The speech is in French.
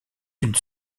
une